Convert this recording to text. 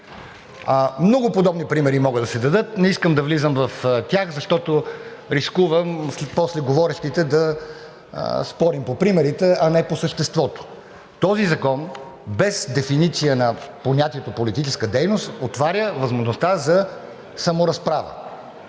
Много подобни примери могат да се дадат. Не искам да влизам в тях, защото рискувам с говорещите после да спорим по примерите, а не по съществото. Този закон без дефиниция на понятието политическа дейност отваря възможността за саморазправа.